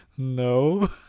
No